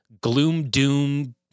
gloom-doom